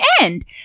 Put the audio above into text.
end